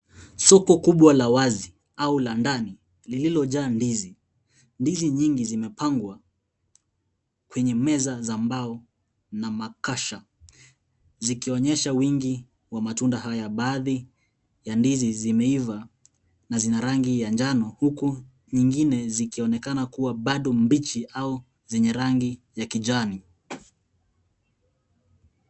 Soko kubwa la wazi au la ndani lililojaa ndizi. Ndizi nyingi zimepangwa kwenye meza za mbao na makasha, zikionyesha wingi wa matunda haya. Baadhi ya ndizi zimeiva na zina rangi ya jano huku zingine zikionekana kuwa bado mbichi au zenye rangi ya kijani.